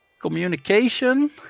Communication